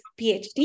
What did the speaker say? PhD